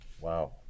Wow